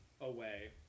away